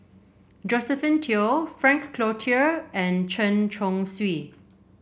Josephine Teo Frank Cloutier and Chen Chong Swee